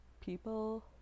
People